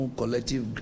collective